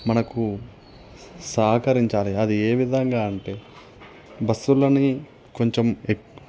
మనకు సహకరించాలి అది ఏ విధంగా అంటే బస్సుల్లోని కొంచెం ఎక్